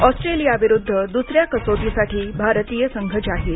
ऑस्ट्रेलियाविरुद्ध दुसऱ्या कसोटीसाठी भारतीय संघ जाहीर